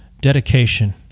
dedication